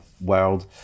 world